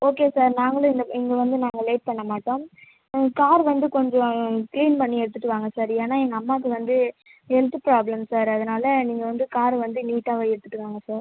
okay sir நாங்களும் இந்த இங்கே வந்து நாங்கள் லேட் பண்ண மாட்டோம் கார் வந்து கொஞ்சோம் க்ளீன் பண்ணி எடுத்துட்டு வாங்க சார் ஏனால் எங்க அம்மாவுக்கு வந்து ஹெல்த் ப்ராப்ளம் சார் அதனால் நீங்கள் வந்து கார் வந்து நீட்டாகவே எடுத்திட்டு வாங்க சார்